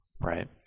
Right